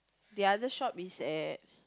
the other shop is at